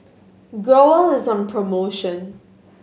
growell is on promotion